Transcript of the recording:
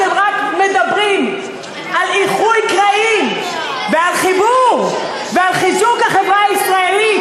אתם רק מדברים על איחוי קרעים ועל חיבור ועל חיזוק החברה הישראלית,